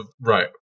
Right